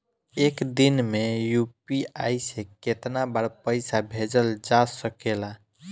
एक दिन में यू.पी.आई से केतना बार पइसा भेजल जा सकेला?